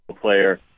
player